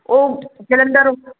ਉਹ ਜਲੰਧਰ